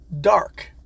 dark